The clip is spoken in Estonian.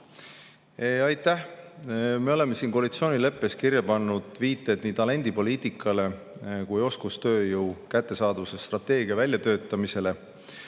Aitäh! Me oleme koalitsioonileppes kirja pannud viited nii talendipoliitikale kui ka oskustööjõu kättesaadavuse strateegia väljatöötamisele.